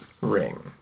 ring